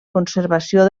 conservació